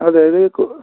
അതായത് കൊ